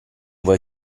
vuoi